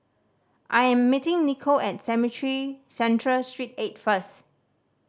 I am meeting Nico at Cemetry Central Street Eight first